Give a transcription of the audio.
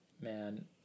man